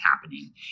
happening